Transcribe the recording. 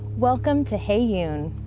welcome to heyoon.